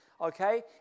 okay